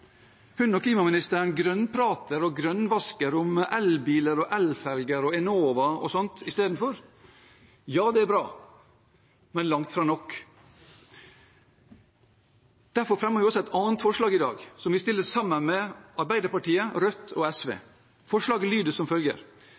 Hun og klimaministeren grønnprater og grønnvasker om elbiler og elferger og Enova og sånt istedenfor. Ja, det er bra, men langt fra nok. Derfor fremmer vi også et annet forslag i dag, sammen med Arbeiderpartiet, Rødt og SV. Forslaget lyder som følger: